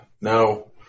no